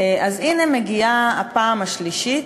אז הנה מגיעה הפעם השלישית,